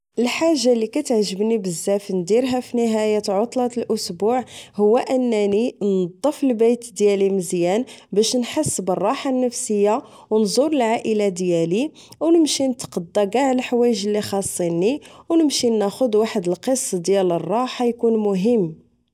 الحاجة لي كتعجبني بزاف نديرها فنهاية عطلة الأسبوع هو أنني نظف البيت ديالي مزيان باش نحس بالراحة النفسية أو نزور العائلة ديالي أو نمشي نتقضا ݣاع الحوايج لي خاصيني أو نمشي ناخد واحد القسط ديال الراحة إيكون مهم